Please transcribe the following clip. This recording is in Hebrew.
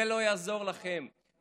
זה לא יעזור לכם,